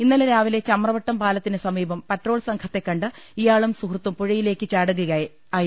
ഇന്നലെ രാവിലെ ചമ്രവട്ടം പാലത്തിന് സമീപം പട്രോൾ സംഘ ത്തെകണ്ട് ഇയാളും സുഹൃത്തും പുഴയിലേക്ക് ചാടുകയായിരുന്നു